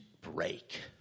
break